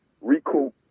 recoup